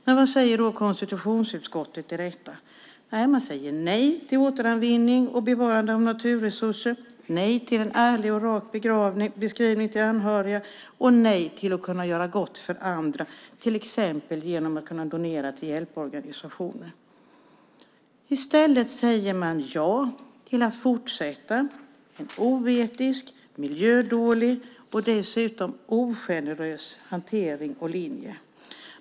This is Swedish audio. Men vad säger då konstitutionsutskottet om detta? Man säger nej till återvinning och bevarande av naturresurser, nej till en ärlig och rak beskrivning till anhöriga och nej till att kunna göra gott för andra, till exempel genom att donera till hjälporganisationer. I stället säger man ja till att fortsätta en oetisk, miljödålig och dessutom ogenerös hantering och linje.